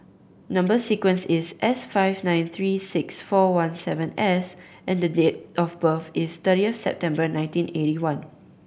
number sequence is S five nine three six four one seven S and date of birth is thirtieth September nineteen eighty one